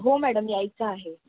हो मॅडम यायचं आहे